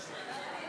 נתקבלו.